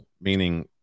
meaning